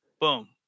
boom